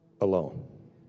alone